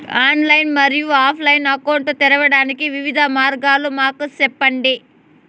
Online మరియు offline account తెరవడానికి వివిధ మార్గాలు మాకు సెప్పండి?